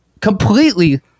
completely